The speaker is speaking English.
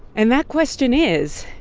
and that question is,